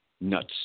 nuts